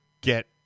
get